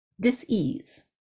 dis-ease